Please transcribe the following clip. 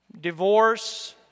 divorce